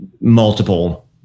multiple